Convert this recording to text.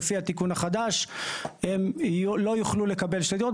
ולפי התיקון החדש הם לא יוכלו לקבל שתי דירות.